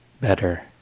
better